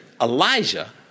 Elijah